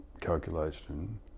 calculation